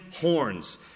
horns